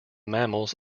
mammals